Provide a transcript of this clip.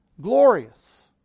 glorious